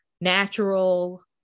natural